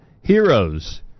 heroes